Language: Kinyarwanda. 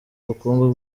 bukungu